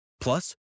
Plus